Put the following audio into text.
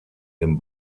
den